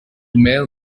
male